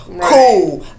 cool